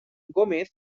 gómez